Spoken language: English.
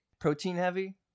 protein-heavy